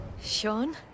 Sean